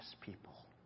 people